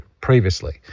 previously